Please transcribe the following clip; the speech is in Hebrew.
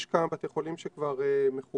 יש כמה בתי חולים שכבר מחוברים,